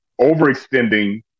overextending